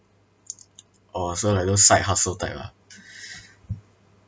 orh so like those side hustle type ah